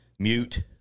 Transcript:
Mute